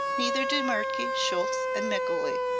neither do mertke, scholtz and mikuli.